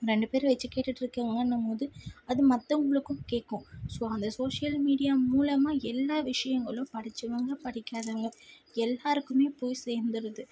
ரெண்டு பேர் வச்சு கேட்டுகிட்ருக்காங்கன்னும்போது அது மற்றவங்களுக்கும் கேட்கும் ஸோ அந்த சோஷியல் மீடியா மூலமாக எல்லா விஷயங்களும் படித்தவங்க படிக்காதவங்க எல்லாேருக்குமே போய் சேர்ந்துருது